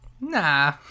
Nah